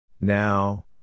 Now